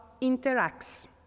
interacts